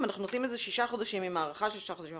אם אנחנו עושים את זה שישה חודשים עם הארכה של שישה חודשים,